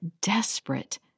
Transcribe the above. desperate